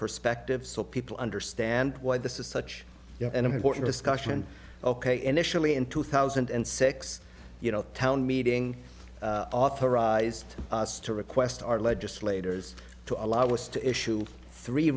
perspective so people understand why this is such an important discussion ok initially in two thousand and six you know town meeting authorized us to request our legislators to allow us to issue three